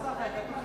לישראל (שידורי חסות ותשדירי שירות) (הוראת שעה) (תיקון מס' 3),